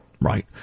right